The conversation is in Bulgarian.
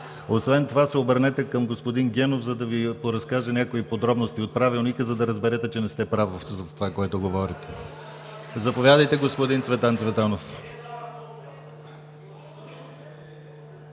Освен това се обърнете към господин Генов, за да Ви поразкаже някои подробности от Правилника, за да разберете, че не сте прав за това, което говорите. Заповядайте, господин Цветан Цветанов.